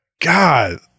god